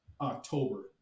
october